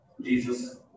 Jesus